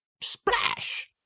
splash